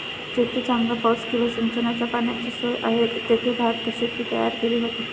जेथे चांगला पाऊस किंवा सिंचनाच्या पाण्याची सोय आहे, तेथे भातशेती तयार केली जाते